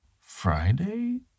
Friday